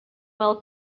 will